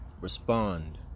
Respond